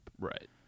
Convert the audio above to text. Right